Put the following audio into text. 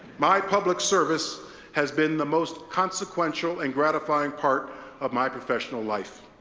my public service has been the most consequential and gratifying part of my professional life.